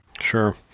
sure